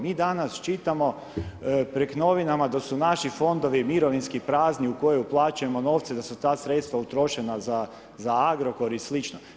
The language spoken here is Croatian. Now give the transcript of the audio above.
Mi danas čitamo prek novinama da su naši fondovi mirovinski prazni u koji uplaćujemo novce da su ta sredstva utrošena za Agrokor i sl.